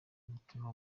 umutima